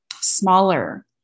Smaller